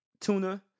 tuna